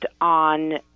on